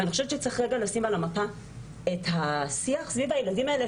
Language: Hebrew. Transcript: אני חושבת שצריך רגע לשים על המפה את השיח סביב הילדים האלה,